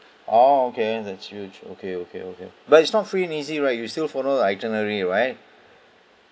ah okay that's huge okay okay okay but it's not free and easy right you still follow the itinerary right